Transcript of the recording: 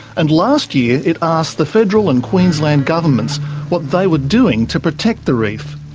and last year it asked the federal and queensland governments what they were doing to protect the reef.